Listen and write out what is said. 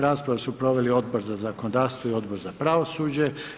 Raspravu su proveli Odbor za zakonodavstvo Odbor za pravosuđe.